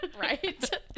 Right